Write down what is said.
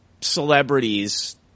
celebrities